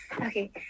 Okay